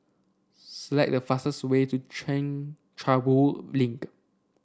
select the fastest way to Chencharu Link